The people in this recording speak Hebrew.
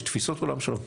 יש תפיסות עולם שונות.